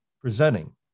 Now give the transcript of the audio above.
presenting